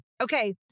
Okay